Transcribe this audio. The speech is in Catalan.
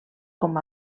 com